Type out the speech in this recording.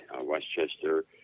Westchester